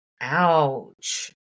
ouch